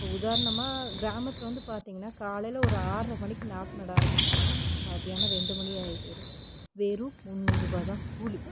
இப்போ உதாரணமாக கிராமத்தில் வந்து பார்த்தீங்னா காலையில் ஒரு ஆற்றை மணிக்கு நாற்று நட ஆரம்பிச்சாங்கனா மதியானம் ரெண்டு மணி ஆயிபோயிடும் வெறும் முன்னூறுரூபா தான் கூலி